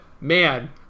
man